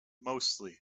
mostly